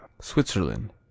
Switzerland